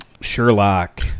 Sherlock